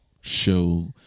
show